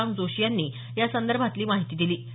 शशांक जोशी यांनी यासंदर्भातली माहिती दिली